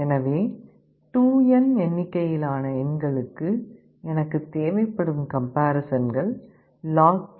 எனவே 2n எண்ணிக்கையிலான எண்களுக்கு எனக்கு தேவைப்படும் கம்பேரிசன்கள் log2 2n n